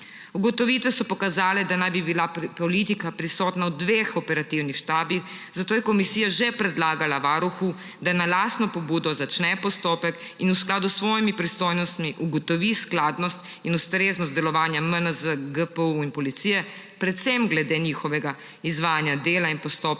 Ugotovitve so pokazale, da naj bi bila politika prisotna v dveh operativnih štabih, zato je Komisija že predlagala Varuhu, da na lastno pobudo začne postopek in v skladu s svojimi pristojnostmi ugotovi skladnost in ustreznost delovanja MNZ, GPU in policije predvsem glede njihovega izvajanja dela in postopkov